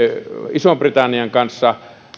ison britannian kanssa